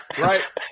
Right